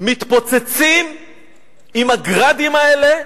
מתפוצצים עם ה"גראדים" האלה,